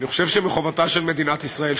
אני חושב שמחובתה של מדינת ישראל,